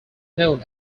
known